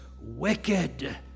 wicked